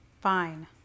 Fine